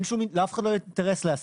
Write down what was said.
לאף אחד לא יהיה אינטרס להסכים.